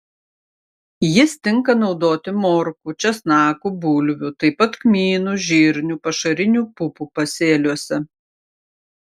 jis tinka naudoti morkų česnakų bulvių taip pat kmynų žirnių pašarinių pupų pasėliuose